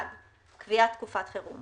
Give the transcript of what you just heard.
קביעת תקופת חירום